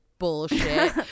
bullshit